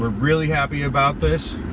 really happy about this.